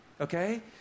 Okay